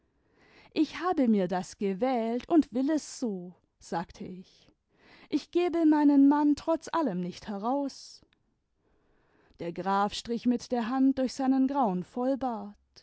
ich habe mir das gewählt und will es so sagte ich ich gebe meinen mann trotz allem nicht heraus der graf strich mit der hand durch seinen grauen vollbart